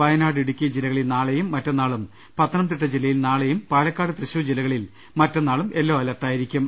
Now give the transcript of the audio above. വയനാട് ഇടുക്കി ജില്ലകളിൽ നാളെയും മറ്റന്നാളും പ ത്തനംതിട്ട ജില്ലയിൽ നാളെയും പാലക്കാട് തൃശൂർ ജില്ലകളിൽ മറ്റന്നാളും യെല്ലോ അലർട്ടായിരിക്കും